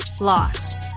lost